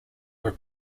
were